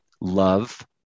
love